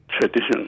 tradition